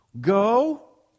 Go